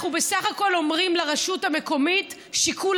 אנחנו בסך הכול אומרים לרשות המקומית: שיקול